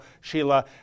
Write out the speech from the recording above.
Sheila